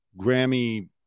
Grammy